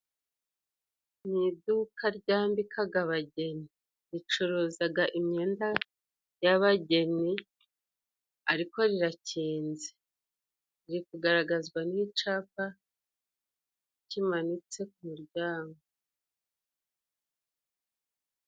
Mu iduka ryambikaga abageni ricuruzaga imyenda y'abageni ariko rirakinze. Riri kugaragazwa n'icapa kimanitse ku muryango.